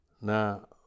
Now